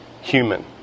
human